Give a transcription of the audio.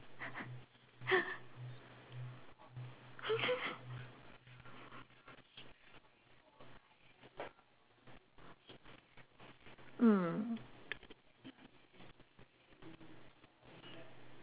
mm